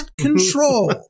control